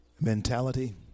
mentality